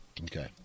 Okay